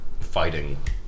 fighting